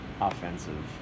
offensive